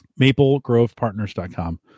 MapleGrovePartners.com